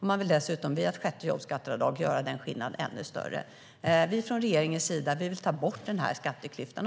Med ett sjätte jobbskatteavdrag vill Moderaterna göra den skillnaden ännu större. Vi från regeringens sida vill ta bort skatteklyftan.